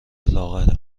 لاغره